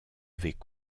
avait